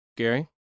Gary